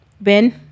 Ben